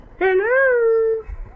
Hello